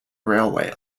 railway